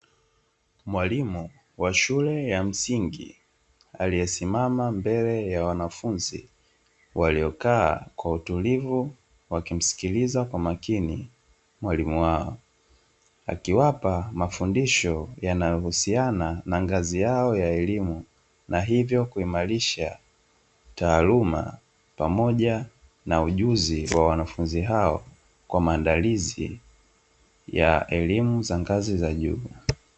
Mwalimu wa shule ya msingi aliyesimama mbele ya wanafunzi waliokaa kwa utulivu wakimsikiliza kwa umakini mwalimu wao, akiwapa mafundisho yanayohusiana na ngazi yao ya elimu na hivyo kuhimarisha taaluma pamoja na ujuzi wa wanafunzi hao, kwa maandalizi ya elimu za ngazi za juu.